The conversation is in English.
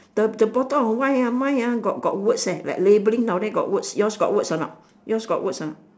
the the bottom of mine ah mine ah got got words eh like labeling down there got words yours got words or not yours got words ah